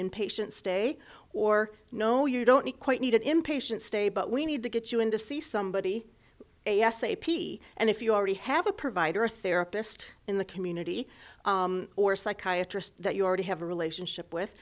inpatient stay or no you don't quite need an inpatient stay but we need to get you in to see somebody a s a p and if you already have a provider or therapist in the community or psychiatrist that you already have a relationship with